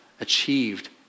achieved